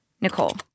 Nicole